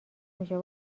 میشه